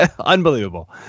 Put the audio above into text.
Unbelievable